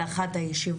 סגן השר